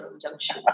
Junction